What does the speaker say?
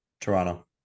toronto